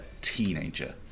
teenager